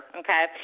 okay